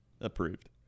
Approved